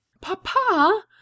Papa